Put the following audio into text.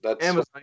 Amazon